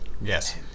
Yes